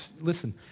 listen